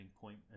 point